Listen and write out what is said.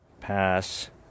pass